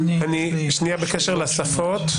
בקשר לשפות,